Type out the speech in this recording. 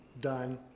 done